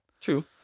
True